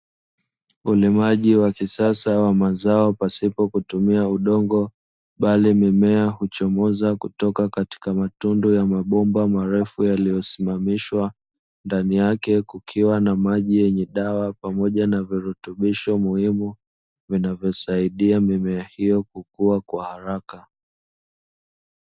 Fundi maji wa kisasa wa mazao pasipo kutumia udongo bali mimea huchomoza kutoka katika matundu ya mabomba marefu yaliyosimamishwa ndani yake kukiwa na maji yenye dawa pamoja na virutubisho muhimu vinavyosaidia mimea hiyo kukua kwa haraka.